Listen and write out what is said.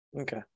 Okay